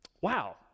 Wow